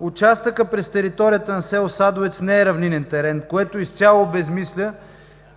Участъкът през територията на село Садовец не е равнинен терен, което изцяло обезсмисля